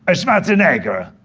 ah schwarzenegger,